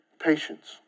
patience